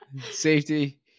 safety